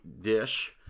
dish